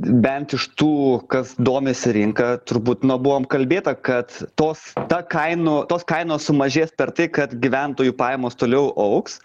bent iš tų kas domisi rinka turbūt no buvom kalbėta kad tos ta kainų tos kainos sumažės per tai kad gyventojų pajamos toliau augs